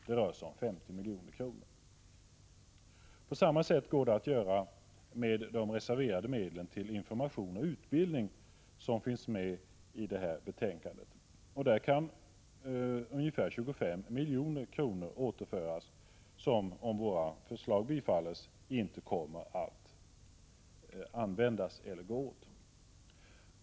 Det rör sig om 50 milj.kr. På samma sätt går det att göra med de medel som reserverats för information och utbildning, som finns med i det här betänkandet. Där kan ungefär 25 milj.kr. återföras, som om våra förslag bifalles inte kommer att gå åt.